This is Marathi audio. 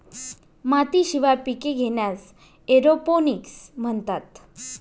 मातीशिवाय पिके घेण्यास एरोपोनिक्स म्हणतात